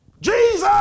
Jesus